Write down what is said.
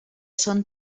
són